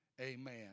amen